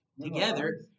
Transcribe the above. together